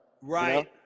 Right